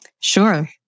Sure